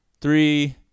three